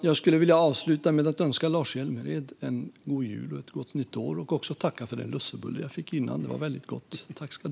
Jag skulle vilja avsluta med att önska Lars Hjälmered en god jul och ett gott nytt år samt tacka för den lussebulle jag fick före debatten. Den var väldigt god.